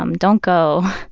um don't go.